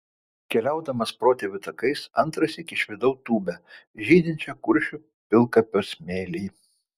keliaudamas protėvių takais antrąsyk išvydau tūbę žydinčią kuršių pilkapio smėly